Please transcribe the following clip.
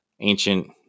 ancient